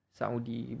Saudi